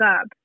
up